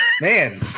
Man